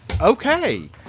Okay